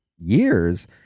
years